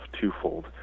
twofold